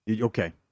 Okay